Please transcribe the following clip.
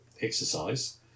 exercise